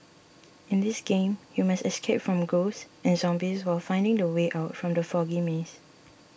in this game you must escape from ghosts and zombies while finding the way out from the foggy maze